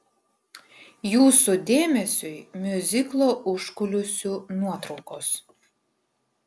jūsų dėmesiui miuziklo užkulisių nuotraukos